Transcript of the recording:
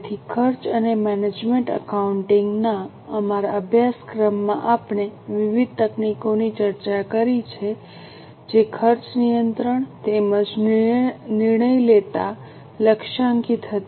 તેથી ખર્ચ અને મેનેજમેન્ટ એકાઉન્ટિંગ ના અમારા અભ્યાસક્રમમાં આપણે વિવિધ તકનીકોની ચર્ચા કરી છે જે ખર્ચ નિયંત્રણ તેમજ નિર્ણય લેતા લક્ષ્યાંકિત હતી